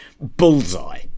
bullseye